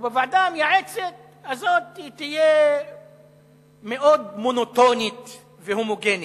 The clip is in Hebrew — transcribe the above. והוועדה המייעצת הזאת תהיה מאוד מונוטונית והומוגנית,